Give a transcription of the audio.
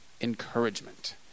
encouragement